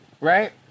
Right